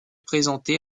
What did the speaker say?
présenté